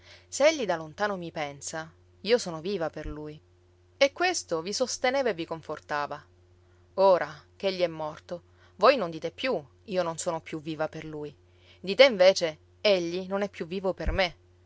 egli da lontano mi pensa io sono viva per lui e questo vi sosteneva e vi confortava ora ch'egli è morto voi non dite più io non sono più viva per lui dite invece egli non è più vivo per me